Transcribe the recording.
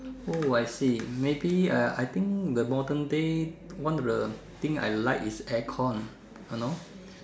oh I see maybe uh I think the modern day one of the thing I like is aircon you know